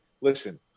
Listen